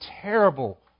terrible